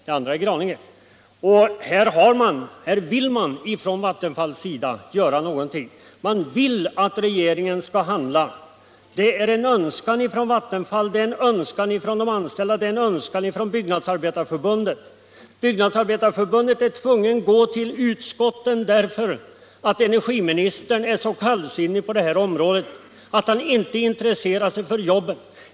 Volgsjöfors ägs av Graningeverken. Vattenfall vill göra någonting. Man vill att regeringen skall handla. Det är en önskan från Vattenfall, från de anställda och från Byggnadsarbetareförbundet, som har varit tvingat att gå till utskottet, därför att energiministern är så kallsinnig på detta område att han inte intresserar sig för jobben.